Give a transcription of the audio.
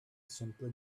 simply